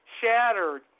shattered